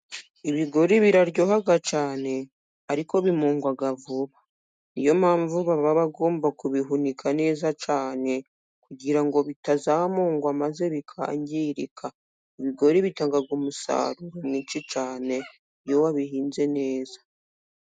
Ibigori biraryoha cyane ariko bimungwa vuba, ni yo mpamvu baba bagomba kubihunika neza cyane kugira ngo bitazamugwa maze bikangirika. Ibigori bitanga umusaruro mwinshi cyane iyo wabihinze neza.